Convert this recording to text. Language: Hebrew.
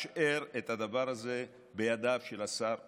השאר את הדבר הזה בידיו של השר מרגי.